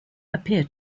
appear